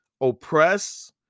oppress